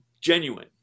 genuine